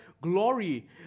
glory